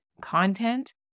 content